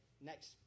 next